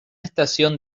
estación